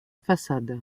façade